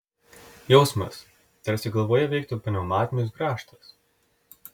jausmas tarsi galvoje veiktų pneumatinis grąžtas